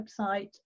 website